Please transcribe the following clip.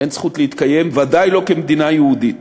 אין זכות להתקיים, ודאי לא כמדינה יהודית.